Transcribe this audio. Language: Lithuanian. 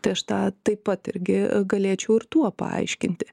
tai aš tą taip pat irgi galėčiau ir tuo paaiškinti